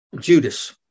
Judas